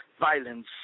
violence